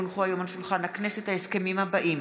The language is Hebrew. כי הונחו היום על שולחן הכנסת ההסכמים האלה: